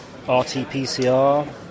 RT-PCR